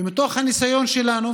ומתוך הניסיון שלנו,